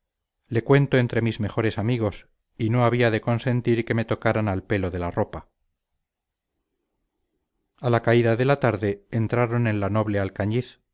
le cuento entre mis mejores amigos y no había de consentir que me tocaran al pelo de la ropa a la caída de la tarde entraron en la noble alcañiz